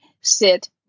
sit